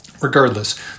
Regardless